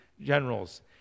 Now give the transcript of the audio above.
generals